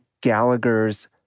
Gallagher's